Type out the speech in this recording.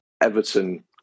Everton